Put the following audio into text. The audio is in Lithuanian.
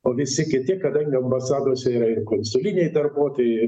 o visi kiti kadangi ambasadose yra ir konsuliniai darbuotojai